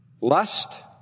Lust